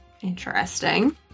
Interesting